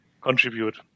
contribute